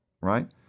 right